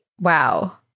Wow